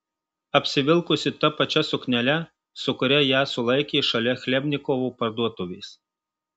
apsivilkusi ta pačia suknele su kuria ją sulaikė šalia chlebnikovo parduotuvės